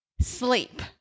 sleep